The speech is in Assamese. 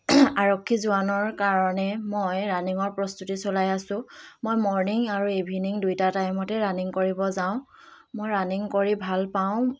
আৰক্ষী জোৱানৰ কাৰণে মই ৰাণিঙৰ প্ৰস্তুতি চলাই আছোঁ মই মৰ্ণিং আৰু ইভিনিং দুয়োটা টাইমতে ৰাণিং কৰিব যাওঁ মই ৰাণিং কৰি ভাল পাওঁ